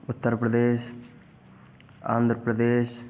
Uttar Pradesh Andhra Pradesh